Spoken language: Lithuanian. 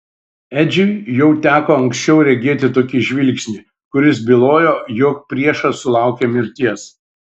edžiui jau teko anksčiau regėti tokį žvilgsnį kuris bylojo jog priešas sulaukė mirties